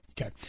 Okay